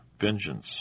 vengeance